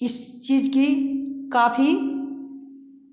इस चीज़ की काफ़ी